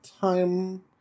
time